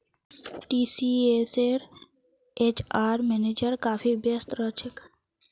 टीसीएसेर HR manager काफी व्यस्त रह छेक